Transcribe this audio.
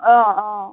অঁ অঁ